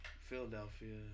Philadelphia